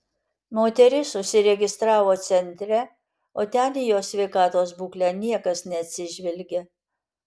moteris užsiregistravo centre o ten į jos sveikatos būklę niekas neatsižvelgia